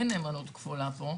אין נאמנות כפולה פה,